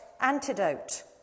antidote